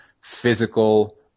physical